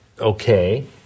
okay